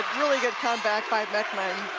really good comeback by beckman,